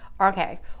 okay